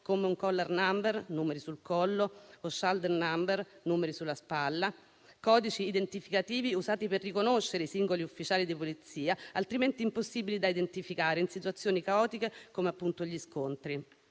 come un *collar number* (numeri sul collo) o *shoulder number* (numeri sulla spalla): codici identificativi usati per riconoscere i singoli ufficiali di polizia, altrimenti impossibili da identificare in situazioni caotiche come gli scontri.